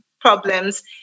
problems